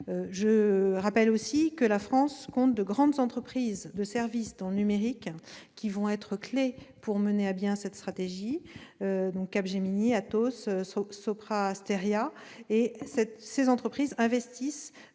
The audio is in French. Je rappelle aussi que la France compte de grandes entreprises de services dans le numérique, qui vont être clés pour mener à bien cette stratégie- Capgemini, Atos ou encore Sopra Steria -, et ces entreprises investissent